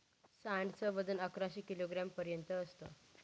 सांड च वजन अकराशे किलोग्राम पर्यंत असत